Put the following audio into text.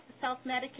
self-medicate